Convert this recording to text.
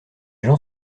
gens